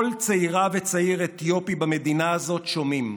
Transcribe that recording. כל צעירה וצעיר אתיופי במדינה הזאת שומעים.